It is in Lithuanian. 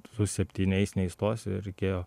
su septyniais neįstosi reikėjo